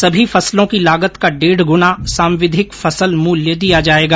सभी फसलों की लागत का डेढ़ गुना सांविधिक फसल मूल्य दिया जाएगा